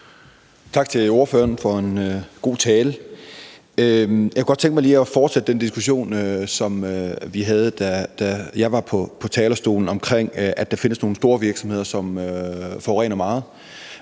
Tak til ordføreren for en god tale. Jeg kunne godt tænke mig lige at fortsætte den diskussion, som vi havde, da jeg var på talerstolen, om, at der findes nogle store virksomheder, som forurener meget,